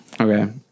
Okay